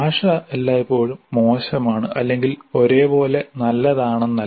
ഭാഷ എല്ലായ്പ്പോഴും മോശമാണ് അല്ലെങ്കിൽ ഒരേപോലെ നല്ലതാണെന്നല്ല